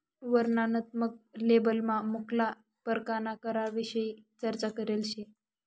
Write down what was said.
वर्णनात्मक लेबलमा मुक्ला परकारना करविषयी चर्चा करेल शे